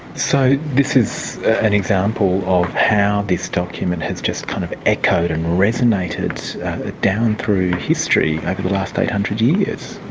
so this is an example of how this document has just kind of echoed and resonated down through history over the last eight hundred years.